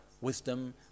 wisdom